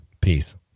Peace